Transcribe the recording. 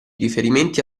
riferimenti